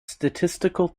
statistical